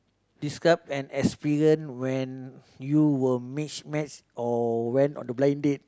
describe an experience when you were mismatch or went on a blind date